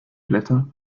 blätter